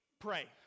Pray